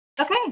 Okay